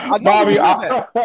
Bobby